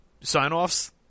sign-offs